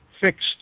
fixed